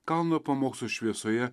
kalno pamokslo šviesoje